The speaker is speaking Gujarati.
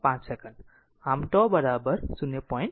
5 સેકન્ડ આમ τ 0